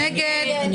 מי